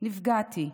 נפגעתי,